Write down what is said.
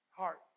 Heart